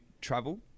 travel